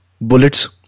bullets